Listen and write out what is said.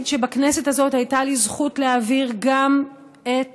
שבכנסת הזאת הייתה לי הזכות להעביר גם את